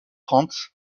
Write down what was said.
frantz